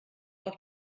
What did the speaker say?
auf